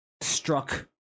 struck